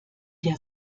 der